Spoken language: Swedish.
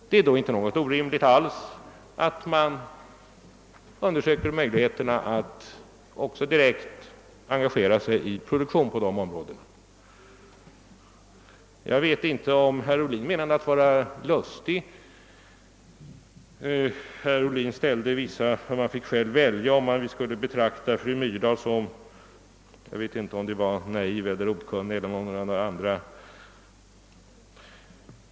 Det är då inte orimligt att möjligheterna för staten att direkt engagera sig i produktionen undersöks. Jag vet inte om herr Ohlin avsåg att vara lustig när han sade att vi själva fick avgöra om fru Myrdal skulle betraktas som naiv eller okunnig — eller det kanske var andra nedlåtande adjektiv som han använde.